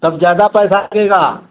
तब ज़्यादा पैसा लगेगा